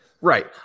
right